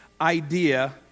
idea